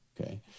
Okay